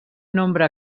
nombre